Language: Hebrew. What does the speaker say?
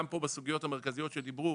גם פה בסוגיות המרכזיות שדיברו,